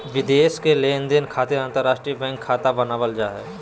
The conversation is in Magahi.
विदेश के लेनदेन खातिर अंतर्राष्ट्रीय बैंक खाता बनावल जा हय